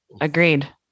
agreed